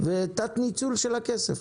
ותת ניצול של הכסף.